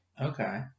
Okay